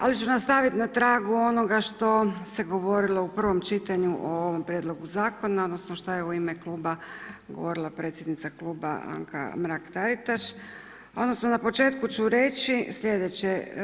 Ali ću nastaviti na tragu onoga što se govorilo u prvom čitanju o ovom prijedlogu zakona odnosno šta je u ime kluba govorila predsjednika kluba Anka Mrak-Taritaš odnosno na početku ću reći slijedeće.